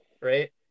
right